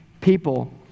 people